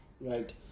right